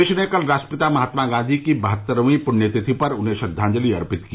देश ने कल राष्ट्रपिता महात्मा गांधी की बहत्तरवीं पृण्यतिथि पर उन्हें श्रद्वांजलि अर्पित की